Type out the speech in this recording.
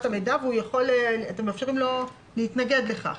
המידע ואתם מאפשרים לו להתנגד לכך.